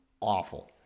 awful